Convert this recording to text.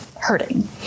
hurting